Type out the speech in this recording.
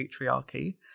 patriarchy